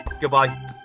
goodbye